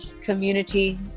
community